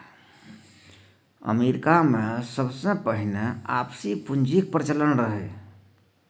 अमरीकामे सबसँ पहिने आपसी पुंजीक प्रचलन रहय